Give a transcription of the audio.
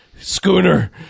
Schooner